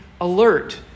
alert